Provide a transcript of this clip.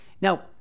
Now